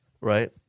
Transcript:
right